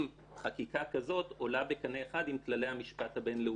חקיקה כזאת עולה בקנה אחד עם כללי המשפט הבינלאומי,